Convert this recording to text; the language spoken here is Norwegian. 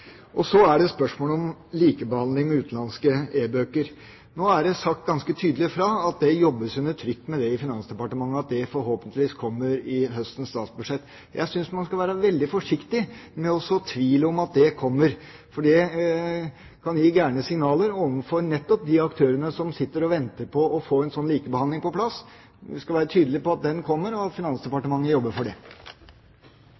Og så er det spørsmålet om likebehandling med utenlandske e-bøker. Nå er det sagt ganske tydelig fra at det jobbes under trykk med det i Finansdepartementet, og at det forhåpentligvis kommer i høstens statsbudsjett. Jeg synes man skal være veldig forsiktig med å så tvil om at det kommer, for det kan gi gale signaler overfor nettopp de aktørene som sitter og venter på å få en sånn likebehandling på plass. Vi skal være tydelige på at den kommer, og at